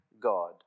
God